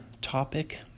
topic